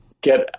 get